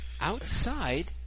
Outside